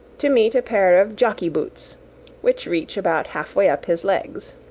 to meet a pair of jockey boots which reach about half-way up his legs.